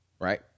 Right